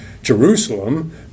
Jerusalem